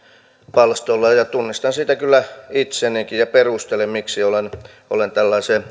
palstoilla tunnistan siitä kyllä itsenikin ja perustelen miksi olen olen tällaiseen